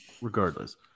Regardless